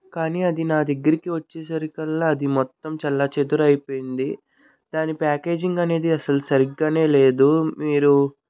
కాని అది నా దగ్గరకొచ్చేసరికల్లా అది మొత్తం చెల్లా చెదురయిపోయింది దాని ప్యాకేజింగ్ అనేది అసలు సరిగ్గానే లేదు మీరు